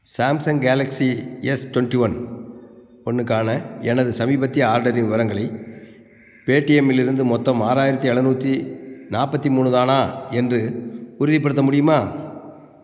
Samsung Galaxy S twenty one ஒன்றுக்கான எனது சமீபத்திய ஆர்டரின் விவரங்களை பேடிஎம்மிலிருந்து மொத்தம் ஆறாயிரத்தி எழுநூத்தி நாற்பத்தி மூணு தானா என்று உறுதிப்படுத்த முடியுமா